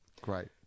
great